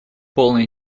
полная